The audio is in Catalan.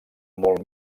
molt